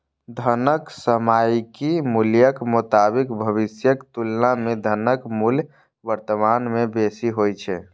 धनक सामयिक मूल्यक मोताबिक भविष्यक तुलना मे धनक मूल्य वर्तमान मे बेसी होइ छै